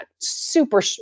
super